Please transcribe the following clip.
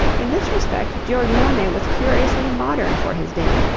in this respect giorgione was curiously modern for his date,